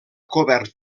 cobert